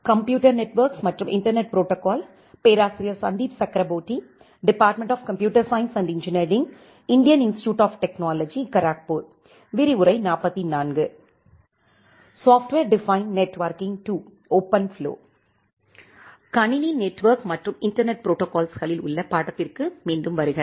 கணினி நெட்வொர்க் மற்றும் இன்டர்நெட் புரோட்டோகால்ஸ்களில் உள்ள பாடத்திற்கு மீண்டும் வருக